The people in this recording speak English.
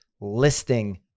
listing